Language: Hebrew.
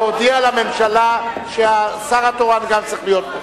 להודיע לממשלה שהשר התורן גם צריך להיות פה.